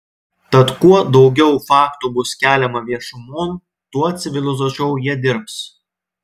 tad kuo daugiau faktų bus keliama viešumon tuo civilizuočiau jie dirbs